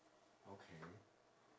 okay